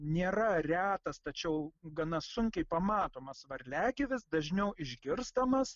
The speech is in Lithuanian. nėra retas tačiau gana sunkiai pamatomas varliagyvis dažniau išgirstamas